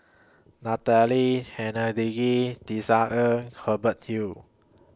Natalie Hennedige Tisa Ng Hubert Hill